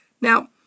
Now